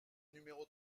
numéro